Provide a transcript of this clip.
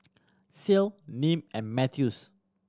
Ceil Nim and Mathews